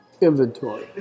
Inventory